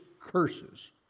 curses